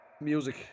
Music